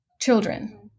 children